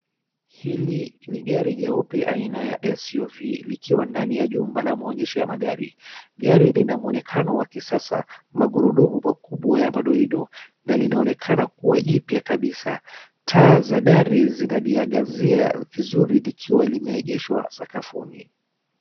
Hili ni gari jeupe aina ya SUV likiwa ndani ya jumba la maonyesho ya magari. Gari lina mwonekano wa kisasa, maguruduma makubwa ya madoido, na linaonekana kuwa jipya kabisa. Taa za dari zinaniangazia vizuri likiwa limeegeshwa sakafuni.